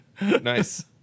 nice